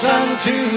unto